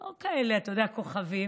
לא כאלה, אתה יודע, כוכבים.